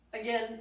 again